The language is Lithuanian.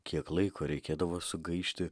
kiek laiko reikėdavo sugaišti